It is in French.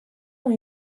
ont